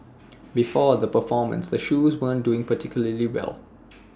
before the performance the shoes weren't doing particularly well